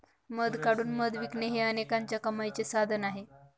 मध काढून मध विकणे हे अनेकांच्या कमाईचे साधन आहे